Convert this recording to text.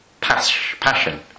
passion